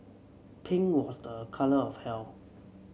pink was a colour of health